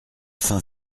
fin